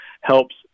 helps